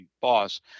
boss